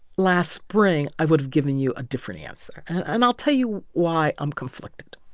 last spring, i would have given you a different answer. and i'll tell you why i'm conflicted.